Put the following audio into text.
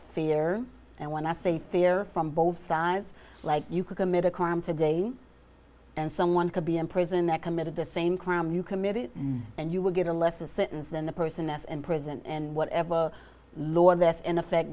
fear and when i say fear from both sides like you could commit a crime today and someone could be in prison that committed the same crime you committed and you would get a lesser sentence than the person s and prison and whatever a lot less in effect